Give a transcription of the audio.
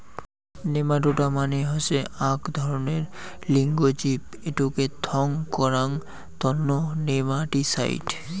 nematoda মানে হসে আক ধরণের লিঙ্গ জীব এটোকে থং করাং তন্ন নেমাটিসাইড